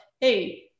Hey